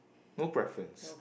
no preference